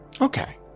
Okay